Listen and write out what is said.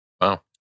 Wow